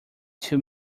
two